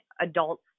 adults